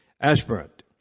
Aspirant